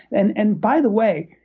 and and by the way,